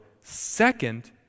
second